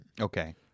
Okay